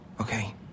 okay